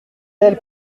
elle